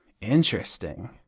interesting